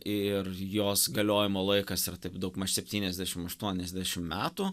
ir jos galiojimo laikas yra taip daugmaž septyniasdešim aštuoniasdešim metų